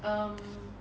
um